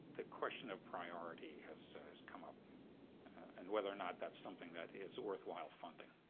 the question of priority has come up and whether or not that's something that is worthwhile funding.